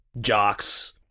jocks